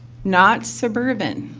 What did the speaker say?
not suburban.